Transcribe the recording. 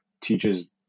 teaches